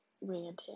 ranting